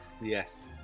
Yes